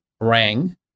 rang